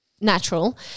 natural